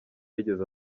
yigeze